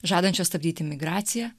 žadančios stabdyti migraciją